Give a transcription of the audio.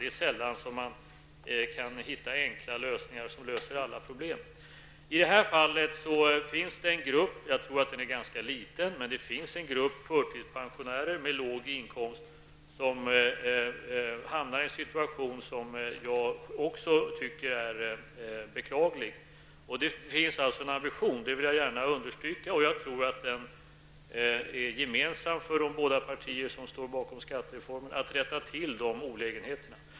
Det är sällan man kan hitta enkla lösningar som löser alla problem. I det här fallet finns det en grupp -- jag tror att den är ganska liten -- förtidspensionärer med låg inkomst som hamnar i en situation som även jag tycker är beklaglig. Jag vill gärna understryka att det finns en ambition -- jag tror att den är gemensam för de båda partier som står bakom skattereformen -- att rätta till dessa olägenheter.